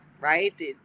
right